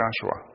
Joshua